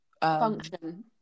Function